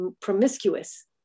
promiscuous